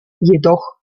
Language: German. jedoch